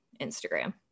Instagram